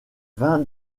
vingt